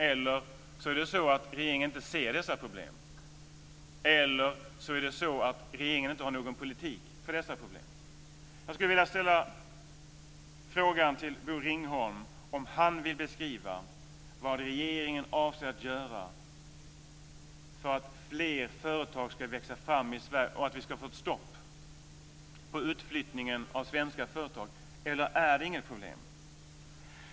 Eller också är det så att regeringen inte ser dessa problem eller att regeringen inte har någon politik för dessa problem. Jag skulle vilja fråga Bo Ringholm om han vill beskriva vad regeringen avser att göra för att fler företag ska växa fram och att det ska bli ett stopp på utflyttningen av svenska företag. Är det inget problem?